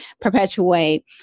perpetuate